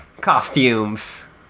costumes